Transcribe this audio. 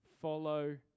follow